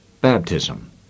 baptism